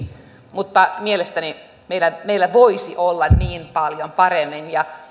mutta mielestäni meillä meillä voisi olla niin paljon paremmin